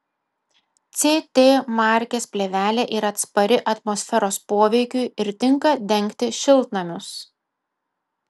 ct markės plėvelė yra atspari atmosferos poveikiui ir tinka dengti šiltnamius